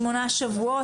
שמונה שבועות,